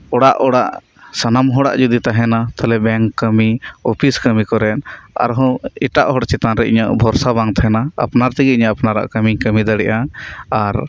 ᱚᱲᱟᱜ ᱚᱲᱟᱜ ᱥᱟᱱᱟᱢ ᱦᱚᱲᱟᱜ ᱡᱩᱫᱤ ᱛᱟᱦᱮᱱᱟ ᱛᱟᱦᱞᱮ ᱵᱮᱝᱠ ᱠᱟᱹᱢᱤ ᱚᱯᱷᱤᱥ ᱠᱟᱹᱢᱤ ᱠᱚᱨᱮ ᱟᱨ ᱦᱚᱸ ᱮᱴᱟᱜ ᱦᱚᱲ ᱪᱮᱛᱟᱱ ᱨᱮ ᱤᱧᱟᱹᱜ ᱵᱷᱚᱨᱥᱟ ᱵᱟᱝ ᱛᱟᱦᱮᱱᱟ ᱟᱯᱱᱟᱨ ᱛᱮᱜᱮ ᱤᱧ ᱟᱯᱱᱟᱨᱟᱜ ᱠᱟᱹᱢᱤᱧ ᱠᱟᱹᱢᱤ ᱫᱟᱲᱮᱭᱟᱜᱼᱟ ᱟᱨ